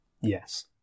Yes